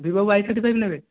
Vivo Y thirty five ନେବେ